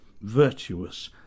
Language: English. virtuous